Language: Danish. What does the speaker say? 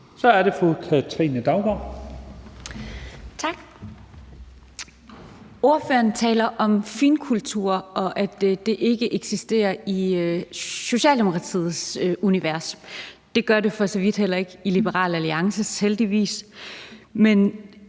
Kl. 11:36 Katrine Daugaard (LA): Tak. Ordføreren taler om finkultur og om, at det ikke eksisterer i Socialdemokratiets univers. Det gør det for så vidt heller ikke i Liberal Alliances univers, heldigvis. Men